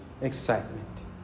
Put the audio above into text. excitement